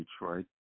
Detroit